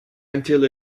until